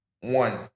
One